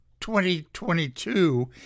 2022